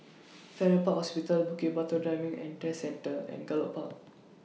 Farrer Park Hospital Bukit Batok Driving and Test Centre and Gallop Park